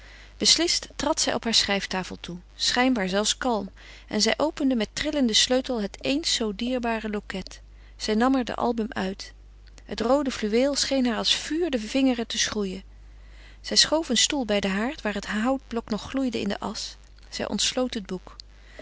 beslist trad zij op haar schrijftafel toe schijnbaar zelfs kalm en zij opende met trillende sleutel het eens zoo dierbare loket zij nam er den album uit het roode fluweel scheen haar als vuur de vingeren te schroeien zij schoof een stoel bij den haard waar het houtblok nog gloeide in de asch zij ontsloot het boek